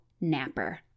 napper